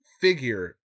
figure